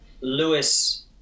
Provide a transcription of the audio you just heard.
Lewis